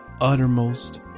uttermost